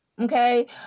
okay